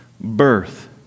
birth